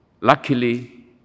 Luckily